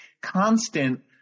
constant